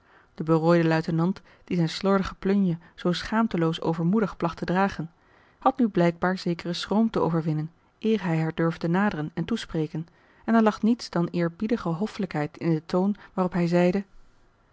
de berooide luitenant die zijn slordige plunje zoo schaamteloos overmoedig placht te dragen had nu blijkbaar zekeren schroom te overwinnen eer hij haar durfde naderen en toespreken en er lag niets dan eerbiedige hoffelijkheid in den toon waarop hij zeide